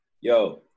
Yo